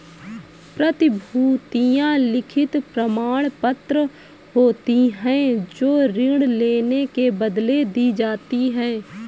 प्रतिभूतियां लिखित प्रमाणपत्र होती हैं जो ऋण लेने के बदले दी जाती है